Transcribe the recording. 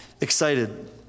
excited